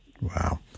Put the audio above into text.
Wow